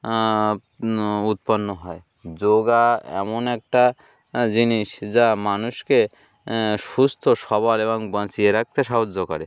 উৎপন্ন হয় যোগা এমন একটা জিনিস যা মানুষকে সুস্থ সবল এবং বাঁচিয়ে রাখতে সাহায্য করে